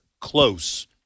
close